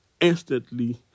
instantly